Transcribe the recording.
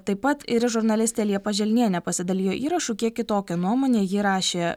taip pat ir žurnalistė liepa želnienė pasidalijo įrašu kiek kitokią nuomonę ji rašė